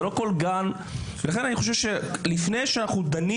זה לא כל גן ולכן אני חושב שלפני שאנחנו דנים